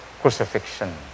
crucifixion